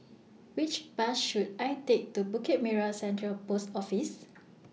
Which Bus should I Take to Bukit Merah Central Post Office